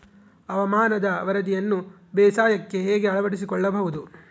ಹವಾಮಾನದ ವರದಿಯನ್ನು ಬೇಸಾಯಕ್ಕೆ ಹೇಗೆ ಅಳವಡಿಸಿಕೊಳ್ಳಬಹುದು?